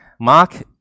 Mark